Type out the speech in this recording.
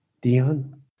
Dion